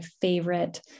favorite